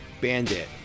bandit